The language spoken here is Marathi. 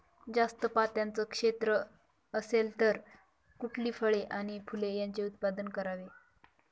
जास्त पात्याचं क्षेत्र असेल तर कुठली फळे आणि फूले यांचे उत्पादन करावे?